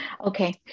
Okay